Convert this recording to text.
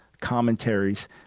commentaries